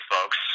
folks